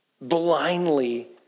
blindly